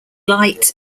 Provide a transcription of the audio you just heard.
light